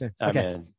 okay